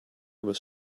was